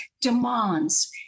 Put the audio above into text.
demands